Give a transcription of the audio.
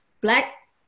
Black